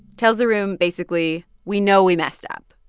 tells the room, basically, we know we messed up.